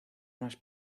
más